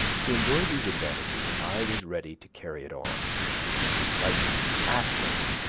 to enjoy these advantages i was ready to carry it on like atlas,